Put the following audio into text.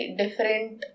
different